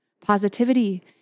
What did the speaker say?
positivity